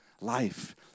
life